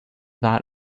that